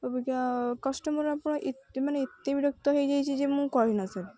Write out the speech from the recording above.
ଅବିକା କଷ୍ଟମର୍ ଆପଣ ଏତେ ମାନେ ଏତେ ବିରକ୍ତ ହେଇଯାଇଛି ଯେ ମୁଁ କହିଲେ ନ ସରେ